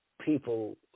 people